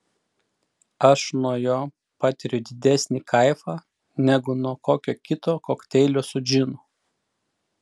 aš nuo jo patiriu didesnį kaifą negu nuo kokio kito kokteilio su džinu